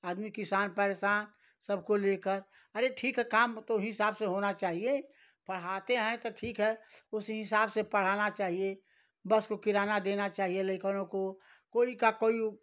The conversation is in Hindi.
आदमी किसान परेशान सबको लेकर अरे ठीक है काम तो हिसाब से होना चाहिए पढ़ाते हैं त ठीक है उसी हिसाब से पढ़ाना चाहिए बस को किराना देना चाहिए लेकनों को कोई का कोई